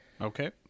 Okay